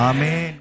Amen